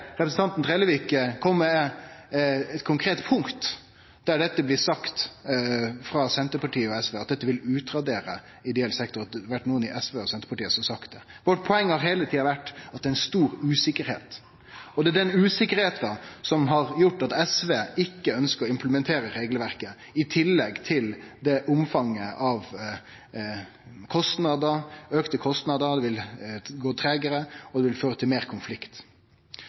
representanten Trellevik kome med eit konkret eksempel der det blir sagt frå Senterpartiet og SV at dette vil utradere ideell sektor – at einkvan i SV eller Senterpartiet har sagt det. Vårt poeng har heile tida vore at det er stor usikkerheit, og det er den usikkerheita som gjer at SV ikkje ønskjer å implementere regelverket, i tillegg til omfanget av auka kostnader, at det vil gå treigare, og at det vil føre til meir konflikt.